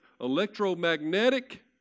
electromagnetic